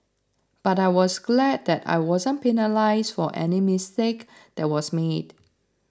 but I was glad that I wasn't penalised for any mistake that was made